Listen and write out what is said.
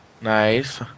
Nice